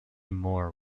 moore